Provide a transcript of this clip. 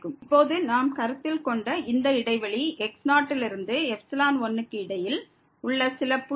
இப்போது நாம் கருத்தில் கொண்ட இந்த இடைவெளி x0 லிருந்து 1 க்கு இடையில் உள்ள சில புள்ளி